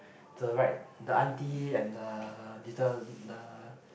to the right the auntie and the little the